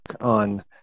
on